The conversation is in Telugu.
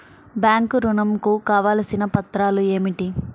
బ్యాంక్ ఋణం కు కావలసిన పత్రాలు ఏమిటి?